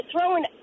throwing